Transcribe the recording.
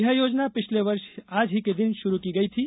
यह योजना पिछले वर्ष आज ही के दिन शुरू की गई थी